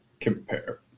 compare